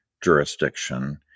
jurisdiction